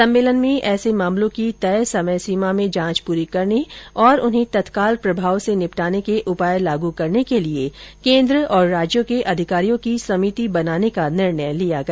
सम्मेलन में ऐसे मामलों की तय समय सीमा में जांच पूरी करने और उन्हें तत्काल प्रभाव से निपटाने के उपाय लागू करने के लिए केन्द्र और राज्यों के अधिकारियों की समिति बनाने का निर्णय लिया गया